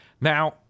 Now